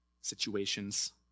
situations